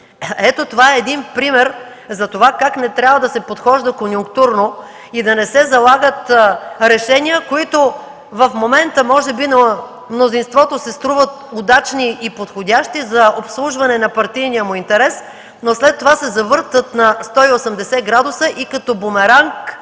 Ето това е един пример как не трябва да се подхожда конюнктурно и да не се залагат решения, които в момента може би на мнозинството се струват удачни и подходящи за обслужване на партийния му интерес, но след това се завъртат на 180 градуса и като бумеранг